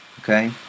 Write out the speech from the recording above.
Okay